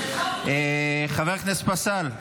חבר הכנסת פסל,